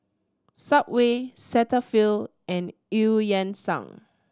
Subway Cetaphil and Eu Yan Sang